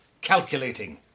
calculating